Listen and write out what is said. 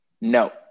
No